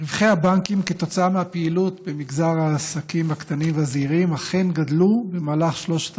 רווחי הבנקים מהפעילות במגזר העסקים הקטנים והזעירים אכן גדלו בשלושת